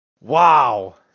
Wow